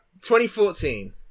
2014